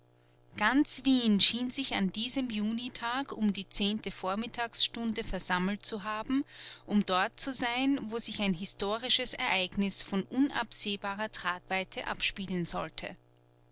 ganz wien schien sich an diesem junitag um die zehnte vormittagsstunde versammelt zu haben um dort zu sein wo sich ein historisches ereignis von unabsehbarer tragweite abspielen sollte